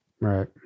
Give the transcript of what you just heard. Right